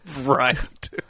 Right